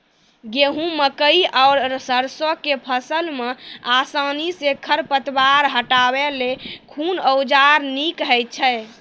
गेहूँ, मकई आर सरसो के फसल मे आसानी सॅ खर पतवार हटावै लेल कून औजार नीक है छै?